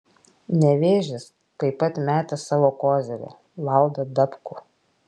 nevėžis taip pat metė savo kozirį valdą dabkų